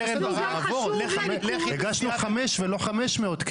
לכן הגשתי חמש ולא 500,